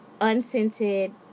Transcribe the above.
unscented